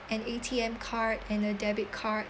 an A_T_M card and a debit card